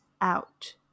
out